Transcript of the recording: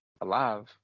Alive